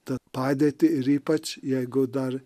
tą padėtį ir ypač jeigu dar